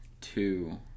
two